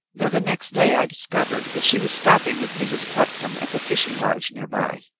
though the next day i discovered that she was stopping with mrs. clutsam at the fishing lodge, near by.